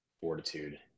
fortitude